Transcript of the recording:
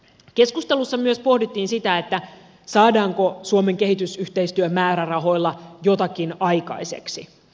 keskustelussa myös pohdittiin sitä saadaanko suomen kehitysyhteistyömäärärahoilla jotakin aikaiseksi